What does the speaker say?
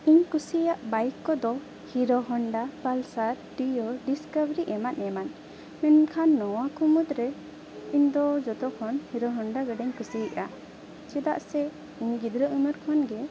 ᱤᱧ ᱠᱩᱥᱤᱭᱟᱜ ᱵᱟᱭᱤᱠ ᱠᱚᱫᱚ ᱦᱤᱨᱳ ᱦᱳᱱᱰᱟ ᱯᱟᱞᱥᱟᱨ ᱴᱤᱭᱳ ᱰᱤᱥᱠᱟᱵᱷᱟᱨᱤ ᱮᱢᱟᱱ ᱮᱢᱟᱱ ᱢᱮᱱᱠᱷᱟᱱ ᱱᱚᱣᱟ ᱠᱚ ᱢᱩᱫᱽᱨᱮ ᱤᱧ ᱫᱚ ᱡᱚᱛᱚ ᱠᱷᱚᱱ ᱦᱤᱨᱳ ᱦᱳᱱᱰᱟ ᱜᱟᱹᱰᱤᱜᱤᱧ ᱠᱩᱥᱤᱭᱟᱜᱼᱟ ᱪᱮᱫᱟᱜ ᱥᱮ ᱤᱧ ᱜᱤᱫᱽᱨᱟᱹ ᱩᱢᱮᱨ ᱠᱷᱚᱱ ᱜᱮ